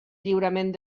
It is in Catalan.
lliurament